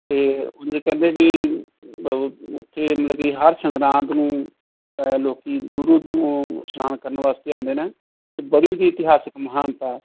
ਅਤੇ ਉਂਝ ਕਹਿੰਦੇ ਵੀ ਵ ਉੱਥੇ ਮਤਲਬ ਕਿ ਹਰ ਸੰਗਰਾਂਦ ਨੂੰ ਲੋਕ ਦੂਰੋਂ ਦੂਰੋੋਂ ਇਸ਼ਨਾਨ ਕਰਨ ਵਾਸਤੇ ਆਉਂਦੇ ਨੇ ਅਤੇ ਬੜੀ ਹੀ ਇਤਿਹਾਸਿਕ ਮਹਾਨਤਾ